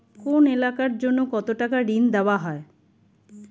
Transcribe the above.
কোন এলাকার জন্য কত টাকা ঋণ দেয়া হয়?